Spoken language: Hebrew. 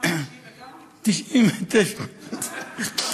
1990 וכמה?